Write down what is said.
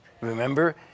Remember